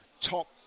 top